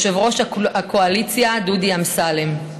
יושב-ראש הקואליציה דודי אמסלם.